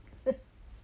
!huh!